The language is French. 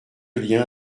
lien